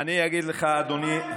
מה יגידו הפלסטינים?